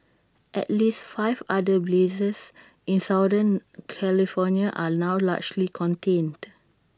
at least five other blazes in southern California are now largely contained